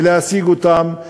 להשיג אותן,